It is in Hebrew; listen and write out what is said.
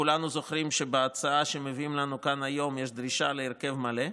כולנו זוכרים שבהצעה שמביאים לנו כאן היום יש דרישה להרכב מלא.